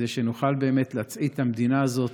כדי שנוכל להצעיד את המדינה הזאת